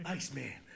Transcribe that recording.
Iceman